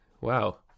Wow